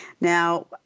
Now